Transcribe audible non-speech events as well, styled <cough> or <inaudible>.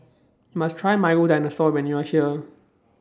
<noise> YOU must Try Milo Dinosaur when YOU Are here